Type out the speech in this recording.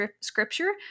scripture